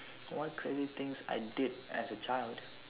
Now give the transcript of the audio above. one crazy thing I did as a child